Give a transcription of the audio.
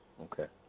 Okay